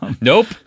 Nope